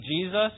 Jesus